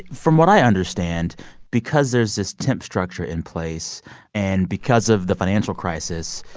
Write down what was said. from what i understand because there's this temp structure in place and because of the financial crisis,